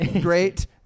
great